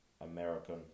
American